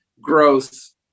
growth